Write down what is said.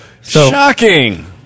shocking